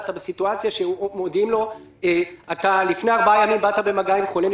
אתה בסיטואציה שמודיעים לו שלפני 4 ימים הוא בא במגע עם חולה,